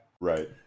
Right